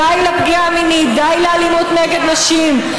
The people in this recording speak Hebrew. די לפגיעה המינית, די לאלימות נגד נשים.